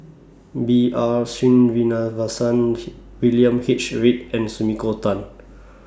B R Sreenivasan William H Read and Sumiko Tan